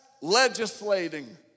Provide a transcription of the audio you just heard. legislating